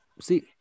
See